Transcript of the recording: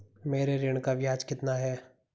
मेरे ऋण का ब्याज कितना है?